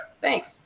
Thanks